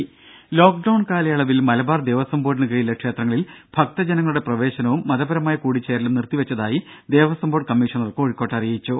ദ്ദേ ലോക്ക്ഡൌൺ കാലയളവിൽ മലബാർ ദേവസ്വം ബോർഡിന് കീഴിലെ ക്ഷേത്രങ്ങളിൽ ഭക്തജനങ്ങളുടെ പ്രവേശനവും മതപരമായ കൂടിച്ചേരലും നിർത്തിവെച്ചതായി ദേവസ്വം ബോർഡ് കമ്മീഷണർ കോഴിക്കോട്ട് അറിയിച്ചു